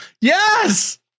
Yes